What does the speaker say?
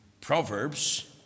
Proverbs